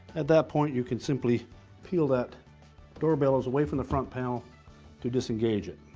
at that point, you can simply peel that door bellows away from the front panel to disengage it.